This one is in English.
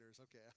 Okay